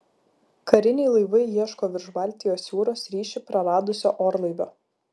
kariniai laivai ieško virš baltijos jūros ryšį praradusio orlaivio